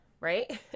right